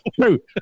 True